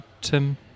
Tim